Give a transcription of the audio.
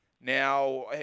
Now